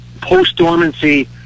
post-dormancy